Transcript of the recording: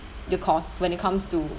the cost when it comes to